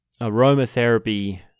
aromatherapy